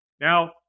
Now